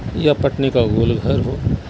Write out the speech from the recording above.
یا پٹنہ کا گول گھر ہو